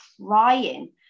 crying